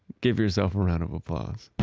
give yourself a round of applause